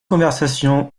conversation